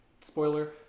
Spoiler